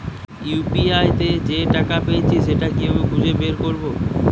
UPI তে যে টাকা পেয়েছি সেটা কিভাবে খুঁজে বের করবো?